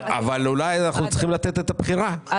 אולי אנחנו צריכים לתת לאנשים את הבחירה.